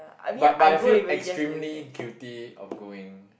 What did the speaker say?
but but I feel extremely guilty of going